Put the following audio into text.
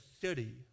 city